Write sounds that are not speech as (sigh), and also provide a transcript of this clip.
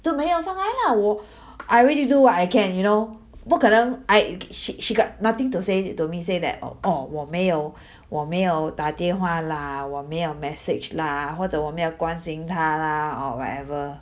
都没有上来啦我 (breath) I really do what I can you know 不可能 I she she got nothing to say to me say that oh orh 我没有 (breath) 我没有打电话啦我没有 message lah 或者我没有关心她啦 or whatever